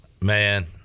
Man